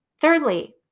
Thirdly